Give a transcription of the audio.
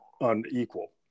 unequal